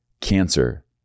cancer